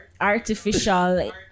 Artificial